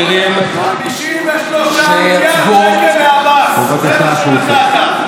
53 מיליארד שקל לעבאס, זה מה שנתת.